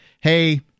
hey